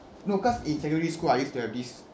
no cause in secondary school I used to have this